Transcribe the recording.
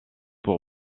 pour